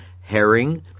herring